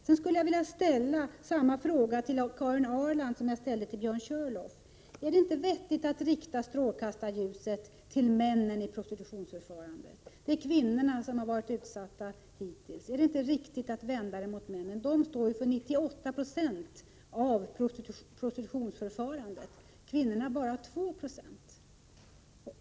Sedan skulle jag vilja ställa samma fråga till Karin Ahrland som jag ställde till Björn Körlof: Är det inte vettigt att rikta strålkastarljuset mot männen i prostitutionsförfarandet? Hittills är det kvinnorna som har varit utsatta. Är det inte riktigt att vända dem mot männen? De står ju för 98 20 av prostitutionsförfarandet, kvinnorna för bara 2 96.